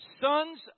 Sons